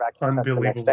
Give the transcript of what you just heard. unbelievable